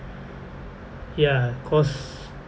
ya cause